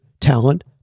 talent